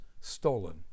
stolen